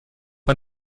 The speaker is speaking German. ein